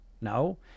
No